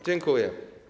Dziękuję.